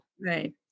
Right